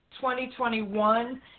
2021